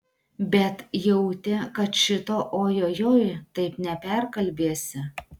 bet jautė kad šito ojojoi taip neperkalbėsi